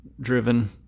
driven